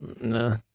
No